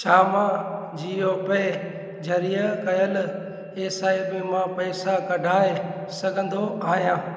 छा मां जीओ पे ज़रिए कयल एसआईपी मां पैसा कढाइ सघंदो आहियां